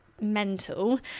mental